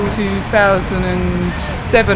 2007